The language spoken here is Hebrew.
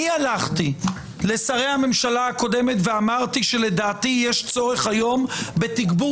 אני הלכתי לשרי הממשלה הקודמת ואמרתי שלדעתי יש צורך היום לתגבור